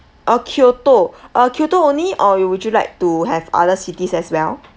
oh kyoto uh kyoto only or you would you like to have other cities as well